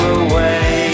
away